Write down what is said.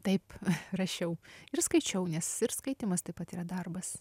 taip rašiau ir skaičiau nes ir skaitymas taip pat yra darbas